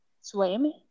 swim